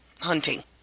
hunting